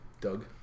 Doug